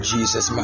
Jesus